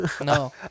No